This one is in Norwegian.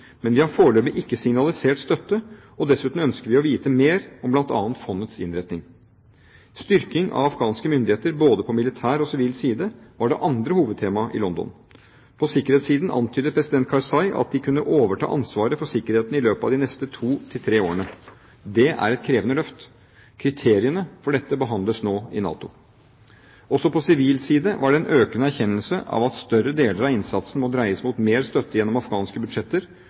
men vi har foreløpig ikke signalisert støtte, og dessuten ønsker vi å vite mer om bl.a. fondets innretning. Styrking av afghanske myndigheter både på militær og sivil side var det andre hovedtemaet i London. På sikkerhetssiden antydet president Karzai at de kunne overta ansvaret for sikkerheten i løpet av de neste to til tre årene. Det er et krevende løft. Kriteriene for dette behandles nå i NATO. Også på sivil side var det en økende erkjennelse av at større deler av innsatsen må dreies mot mer støtte gjennom afghanske budsjetter